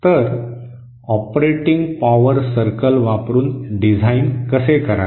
तर operating power circle वापरून design कसे करावे